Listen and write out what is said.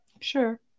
Sure